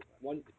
one